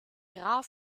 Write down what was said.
graf